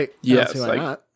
Yes